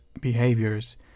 behaviors